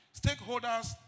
stakeholders